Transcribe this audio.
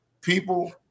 people